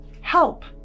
help